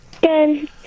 Good